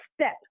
Step